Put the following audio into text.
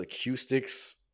acoustics